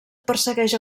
persegueix